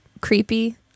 creepy